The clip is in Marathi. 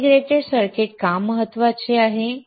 इंटिग्रेटेड सर्किट का महत्त्वाचे आहे